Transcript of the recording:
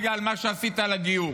בגלל מה שעשית לגיור.